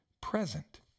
present